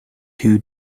two